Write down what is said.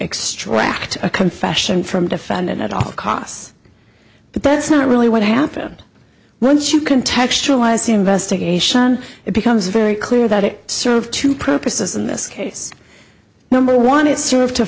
extract a confession from defendant at all costs but that's not really what happened once you can text realize the investigation it becomes very clear that it served two purposes in this case number one it served to